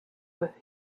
with